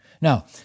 Now